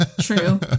true